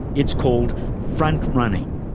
it's called front running.